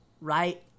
right